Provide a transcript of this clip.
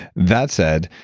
that said,